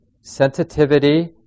sensitivity